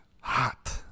Hot